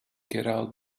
gerald